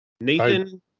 nathan